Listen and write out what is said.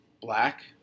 Black